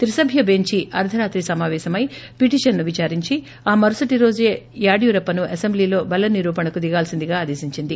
త్రిసభ్య బెంచీ అర్గరాత్రి సమాపేశమై పిటిషన్ను విదారించి ఆ మరుసటి రోజే యడ్యూరప్పను అసెంబ్లీలో బలనిరూపణకు దిగాల్పిందిగా ఆదేశించింది